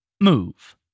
Move